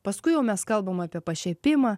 paskui jau mes kalbam apie pašiepimą